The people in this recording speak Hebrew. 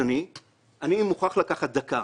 אני מוכרח לקחת דקה: